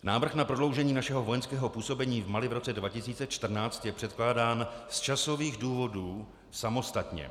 Návrh na prodloužení našeho vojenského působení v Mali v roce 2014 je předkládán z časových důvodů samostatně.